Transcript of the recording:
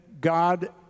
God